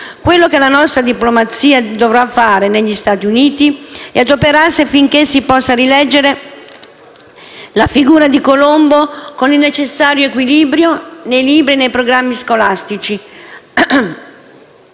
Quello che la nostra diplomazia dovrà fare, negli Stati Uniti, è adoperarsi affinché si possa rileggere la figura di Colombo con il necessario equilibrio, nei libri e nei programmi scolastici,